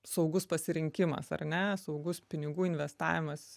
saugus pasirinkimas ar ne saugus pinigų investavimas